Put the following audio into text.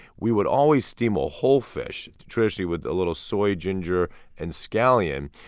we would always steam a whole fish, traditionally with a little soy, ginger and scallion.